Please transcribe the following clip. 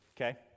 Okay